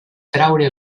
traure